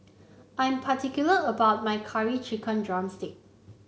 I'm particular about my Curry Chicken drumstick